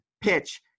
PITCH